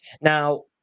Now